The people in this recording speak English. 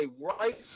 right